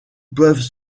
peuvent